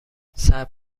صبر